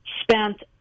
Spent